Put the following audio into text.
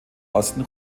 osten